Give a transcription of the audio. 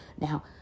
Now